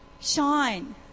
shine